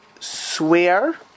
Swear